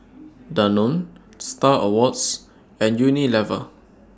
Danone STAR Awards and Unilever